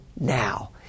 now